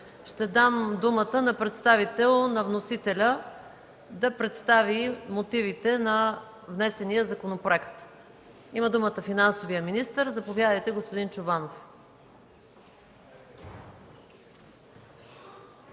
Ще дам думата на представител на вносителя, за да представи мотивите на внесения законопроект. Думата има финансовият министър. Заповядайте, господин Чобанов.